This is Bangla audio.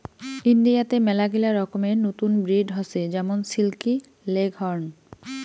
ইন্ডিয়াতে মেলাগিলা রকমের নতুন ব্রিড হসে যেমন সিল্কি, লেগহর্ন